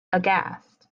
aghast